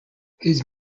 his